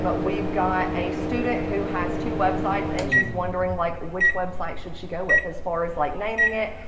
but we've got a student who has two websites and she's wondering like which website should she go with. as far as like naming it,